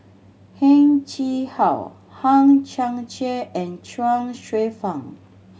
Heng Chee How Hang Chang Chieh and Chuang Hsueh Fang